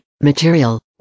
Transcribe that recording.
material